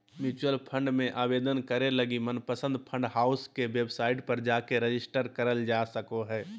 mutual fund मे आवेदन करे लगी मनपसंद फंड हाउस के वेबसाइट पर जाके रेजिस्टर करल जा सको हय